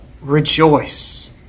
rejoice